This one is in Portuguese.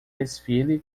desfile